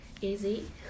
easy